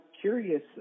curious